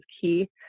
key